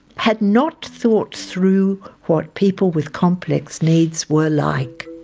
had not thought through what people with complex needs were like.